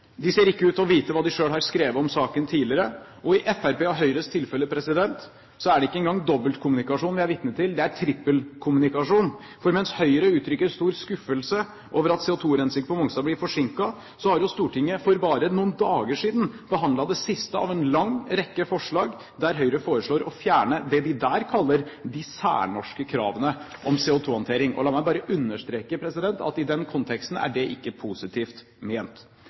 De ser ikke ut til å vite hva de selv har skrevet om saken tidligere. I Fremskrittspartiets og Høyres tilfelle er det ikke engang dobbeltkommunikasjon vi er vitne til. Det er trippelkommunikasjon, for mens Høyre uttrykker stor skuffelse over at CO2-rensing på Mongstad blir forsinket, har jo Stortinget for bare noen dager siden behandlet det siste av en lang rekke forslag, der Høyre foreslår å fjerne det de der kaller de særnorske kravene om CO2-håndtering. Og la meg bare understreke at i den konteksten er det ikke positivt ment.